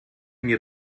mir